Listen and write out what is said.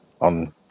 on